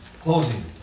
closing